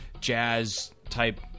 jazz-type